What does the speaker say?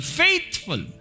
faithful